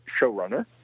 showrunner